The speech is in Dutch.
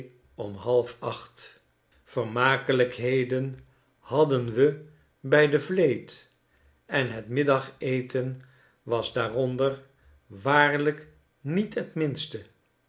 om halfacht yermakelijkheden hadden we bij de vleet en het middageten was daaronder waarlijk niet het minster